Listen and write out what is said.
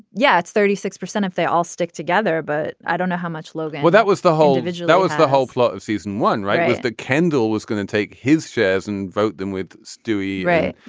yeah it's thirty six percent if they all stick together. but i don't know how much logan well that was the whole vigil. that was the whole plot of season one right. the candle was going to take his shares and vote them with stewie ray.